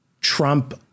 Trump